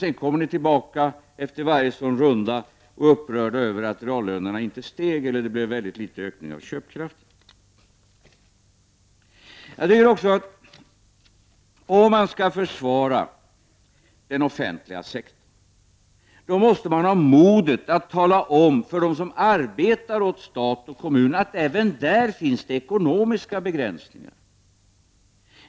Sedan kommer ni i vpk tillbaka efter varje sådan runda och är upprörda över att reallönerna inte steg och att köpkraften ökade mycket litet. Om man skall försvara den offentliga sektorn, måste man ha modet att tala om för dem som arbetar i stat och kommun att det även där finns ekonomiska begränsningar.